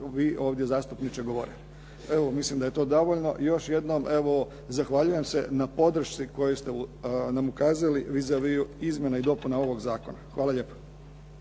vi ovdje zastupniče govorili. Pa evo mislim da je to dovoljno. Još jednom evo zahvaljujem se na podršci koju ste nam ukazali vis a vis izmjena i dopuna ovog zakona. Hvala lijepo.